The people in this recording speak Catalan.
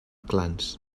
clans